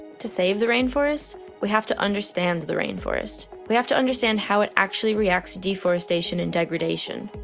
to save the rainforest we have to understand the rainforest. we have to understand how it actually reacts to deforestation and degradation.